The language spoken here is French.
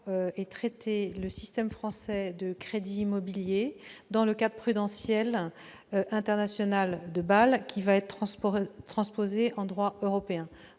est traité le système français de crédit immobilier dans le cadre prudentiel international de Bâle qui va être transposé en droit européen.